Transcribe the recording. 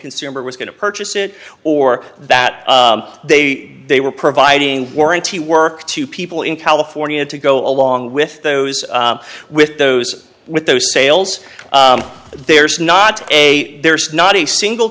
consumer was going to purchase it or that they they were providing warranty work to people in california to go along with those with those with those sales there's not a there's not a single